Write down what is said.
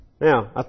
Now